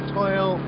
toil